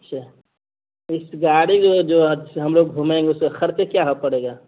اچھا اس گاڑی جو جو ہم لوگ گھومیں گے اس کا خرچ کیا پڑے گا